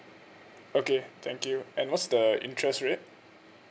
okay thank you and what's the interest rate